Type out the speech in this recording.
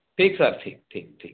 ठीक सर ठीक ठीक ठीक